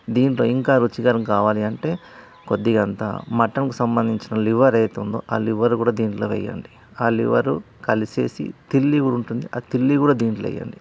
దీంట్లో ఇంకా రుచికరం కావాలి అంటే కొద్దిగంత మటన్కు సంబంధించిన లివర్ ఏదయితే ఉందో ఆ లివర్ కూడా దీంట్లో వేయండి ఆ లివరు కలిసేసి తిల్లివి ఉంటుంది ఆ తిల్లివి కూడా దీంట్లో వేయండి